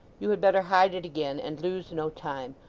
you had better hide it again, and lose no time.